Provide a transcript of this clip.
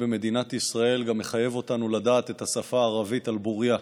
גם מחייב אותנו לדעת את השפה הערבית על בוריה.